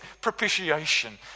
propitiation